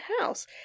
house